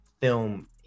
film